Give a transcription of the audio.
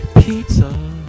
Pizza